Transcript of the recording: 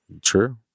True